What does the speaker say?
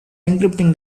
encrypting